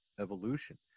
evolution